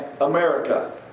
America